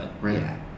Right